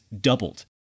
doubled